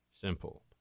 simple